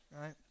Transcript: Right